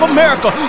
America